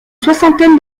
soixantaine